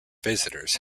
visitors